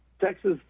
Texas